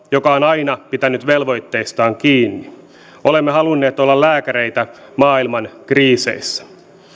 joka on aina pitänyt velvoitteistaan kiinni olemme halunneet olla lääkäreitä maailman kriiseissä